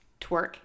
Twerk